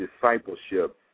discipleship